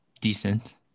decent